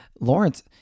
Lawrence